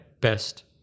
best